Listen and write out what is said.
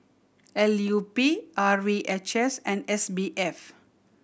L U P R V H S and S B F